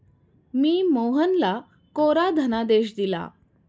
मी मोहनला कोरा धनादेश दिला